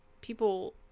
people